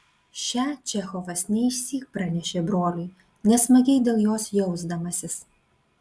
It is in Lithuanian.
šią čechovas ne išsyk pranešė broliui nesmagiai dėl jos jausdamasis